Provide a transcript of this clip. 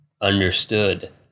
Understood